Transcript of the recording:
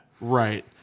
Right